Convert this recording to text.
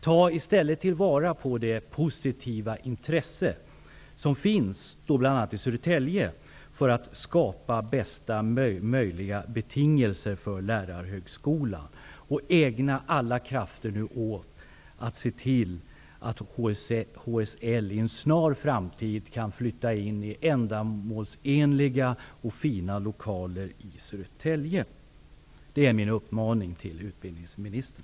Ta i stället vara på det positiva intresse som finns bl.a. i Södertälje för att skapa bästa möjliga betingelser för lärarhögskolan! Ägna alla krafter åt att se till att HLS inom en snar framtid kan flytta in i ändamålsenliga och fina lokaler i Södertälje! Det är mina uppmaningar till utbildningsministern.